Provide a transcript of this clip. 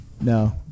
No